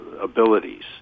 abilities